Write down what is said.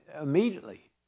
immediately